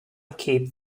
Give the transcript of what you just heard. keep